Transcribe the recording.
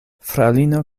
fraŭlino